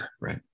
right